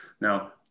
Now